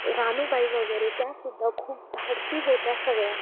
रानूबाई वगरे त्यासुद्धा खूप धाडसी होत्या सगळ्या